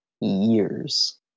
years